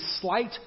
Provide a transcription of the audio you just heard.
slight